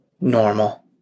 normal